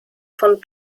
von